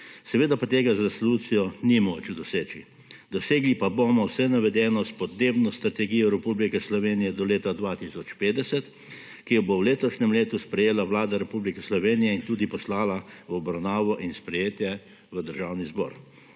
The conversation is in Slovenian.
Seveda pa tega z resolucijo ni moč doseči. Dosegli pa bomo vse navedeno s podnebno strategijo Republike Slovenije do leta 2050, ki jo bo v letošnjem letu sprejela Vlada Republike Slovenije ter tudi poslala v obravnavo in sprejetje v Državni zbor.